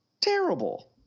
Terrible